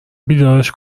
بیدارش